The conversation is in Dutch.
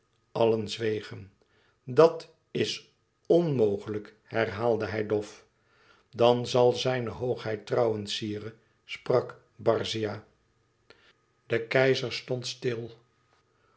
allen zwegen dat is onmogelijk herhaalde hij dof dan zal zijne hoogheid trouwen sire sprak barzia de keizer stond stil